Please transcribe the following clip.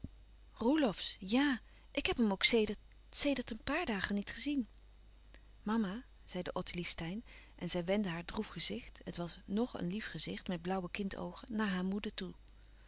roelofsz ja ik heb hem ook sedert sedert een paar dagen niet gezien louis couperus van oude menschen de dingen die voorbij gaan mama zeide ottilie steyn en zij wendde haar droef gezicht het was ng een lief gezicht met blauwe kindoogen naar hare moeder toe